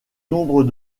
nombre